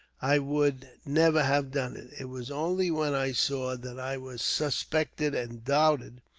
i would never have done it. it was only when i saw that i was suspected and doubted,